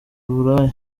uburaya